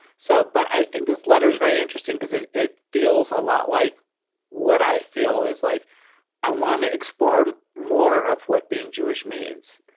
so but i think this letter is very interesting because it it feels a lot like what i feel is like i want to explore more of what being jewish means.